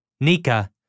Nika